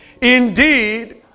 Indeed